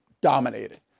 dominated